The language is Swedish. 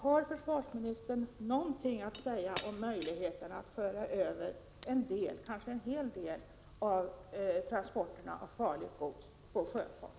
Har försvarsministern någonting att säga om möjligheterna att föra över en del — kanske en hel del — av transporterna av farligt gods på sjöfart?